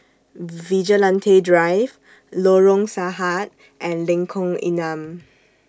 Vigilante Drive Lorong Sahad and Lengkong Enam